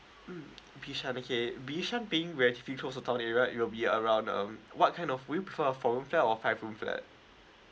mm bishan okay bishan paying where city town there right it will be around um what kind of would you prefer a four room flat or five room flat